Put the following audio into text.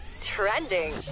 trending